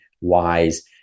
wise